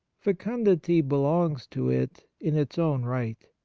fecundity belongs to it in its owm right.